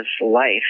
life